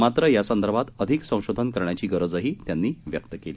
मात्र यासंदर्भात अधिक संशोधन करण्याची गरजही त्यांनी व्यक्त केली